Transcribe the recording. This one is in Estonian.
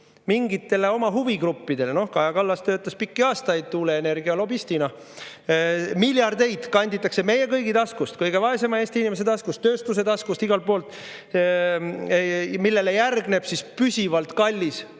mingitele oma huvigruppidele. Kaja Kallas töötas pikki aastaid tuuleenergia lobistina. Miljardeid kanditakse meie kõigi taskust, kõige vaesema Eesti inimese taskust, tööstuse taskust – igalt poolt! Sellele järgneb püsivalt kallis,